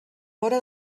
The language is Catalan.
vora